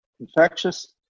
infectious